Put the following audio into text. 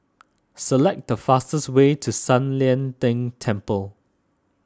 select the fastest way to San Lian Deng Temple